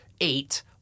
eight